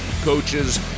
coaches